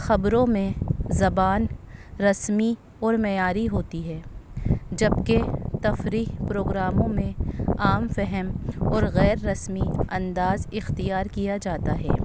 خبروں میں زبان رسمی اور معیاری ہوتی ہے جبکہ تفریح پروگراموں میں عام فہم اور غیر رسمی انداز اختیار کیا جاتا ہے